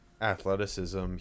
athleticism